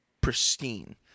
pristine